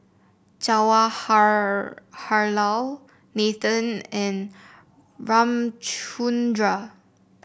Nathan and Ramchundra